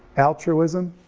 altruism,